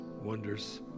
wonders